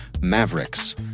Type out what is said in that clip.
Mavericks